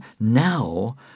now